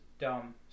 dumb